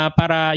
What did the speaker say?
para